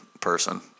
person